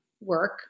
work